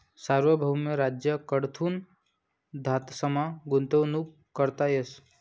सार्वभौम राज्य कडथून धातसमा गुंतवणूक करता येस